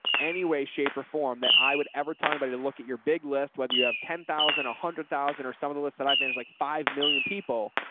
any way, shape or form that i would ever tell anybody to look at your big list, whether you have ten thousand, a hundred thousand or some of the lists that i've managed like five million people.